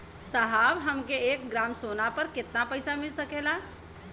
साहब हमके एक ग्रामसोना पर कितना पइसा मिल सकेला?